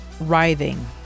writhing